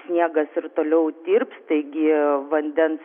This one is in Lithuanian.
sniegas ir toliau tirps taigi vandens